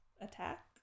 attack